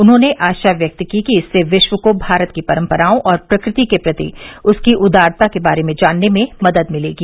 उन्होंने आशा व्यक्त की कि इससे विश्व को भारत की परंपराओं और प्रकृति के प्रति उसकी उदारता के बारे में जानने में मदद मिलेगी